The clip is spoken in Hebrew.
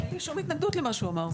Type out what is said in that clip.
אין לי שום התנגדות למה שהוא אמר.